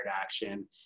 action